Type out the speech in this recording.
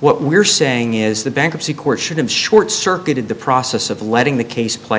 what we're saying is the bankruptcy court should have short circuited the process of letting the case play